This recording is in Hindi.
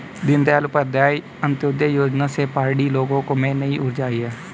दीनदयाल उपाध्याय अंत्योदय योजना से पहाड़ी लोगों में नई ऊर्जा आई है